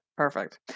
Perfect